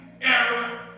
error